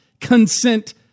consent